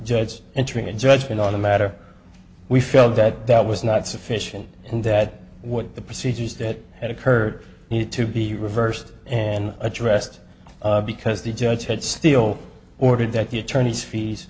judge entering a judgment on the matter we felt that that was not sufficient and that what the procedures that had occurred need to be reversed and addressed because the judge had still ordered that the attorneys fees